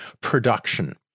production